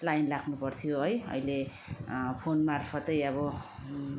line लाग्नु पर्थ्यो है अहिले फोनमार्फतै अब